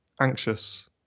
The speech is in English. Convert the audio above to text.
anxious